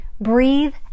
Breathe